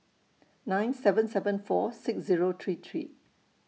nine seven seven four six Zero three three